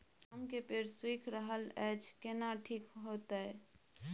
आम के पेड़ सुइख रहल एछ केना ठीक होतय?